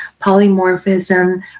Polymorphism